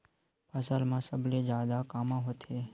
फसल मा सबले जादा कामा होथे?